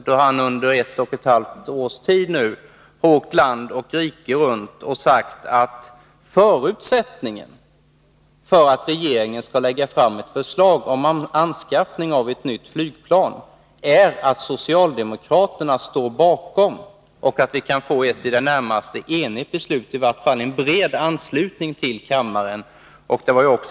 Han har under ett och ett halvt års tid nu åkt land och rike runt och sagt att förutsättningen för att regeringen skall lägga fram ett förslag om anskaffning av ett nytt flygplan är att socialdemokraterna står bakom det och att vi kan få ett i det närmaste enigt beslut, i vart fall en bred uppslutning i kammaren.